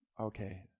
Okay